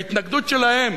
ההתנגדות שלהם